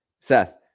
Seth